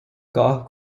golf